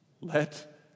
Let